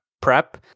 prep